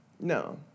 No